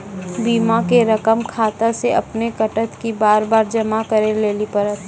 बीमा के रकम खाता से अपने कटत कि बार बार जमा करे लेली पड़त?